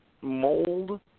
mold